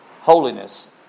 Holiness